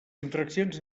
infraccions